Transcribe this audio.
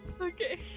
Okay